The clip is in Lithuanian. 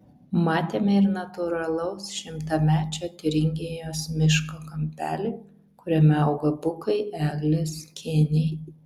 matėme ir natūralaus šimtamečio tiuringijos miško kampelį kuriame auga bukai eglės kėniai